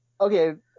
okay